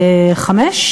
חמש,